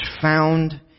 found